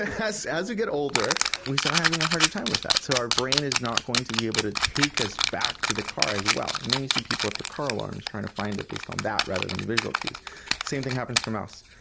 as we get older we start having a harder time with that. so our brain is not going to be able to take us back to the car as well. and then you see people with their car alarms trying to find it based on that rather than the visual cues. the same thing happens to a mouse.